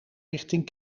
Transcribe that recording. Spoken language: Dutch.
richting